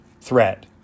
threat